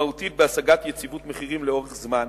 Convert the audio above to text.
משמעותית בהשגת יציבות מחירים לאורך זמן,